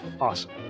awesome